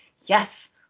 yes